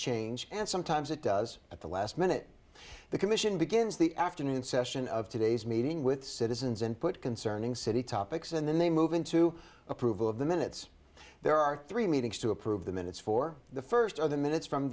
change and sometimes it does at the last minute the commission begins the afternoon session of today's meeting with citizens and put concerning city topics and then they move into approval of the minutes there are three meetings to approve the minutes for the first of the minutes from